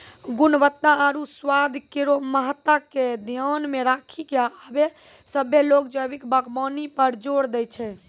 गुणवत्ता आरु स्वाद केरो महत्ता के ध्यान मे रखी क आबे सभ्भे लोग जैविक बागबानी पर जोर दै छै